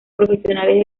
profesionales